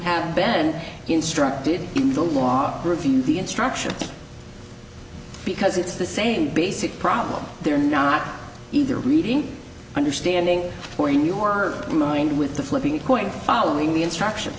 have been instructed in the law review the instruction because it's the same basic problem they're not either reading understanding or in your mind with the flipping a coin following the instructions